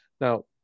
Now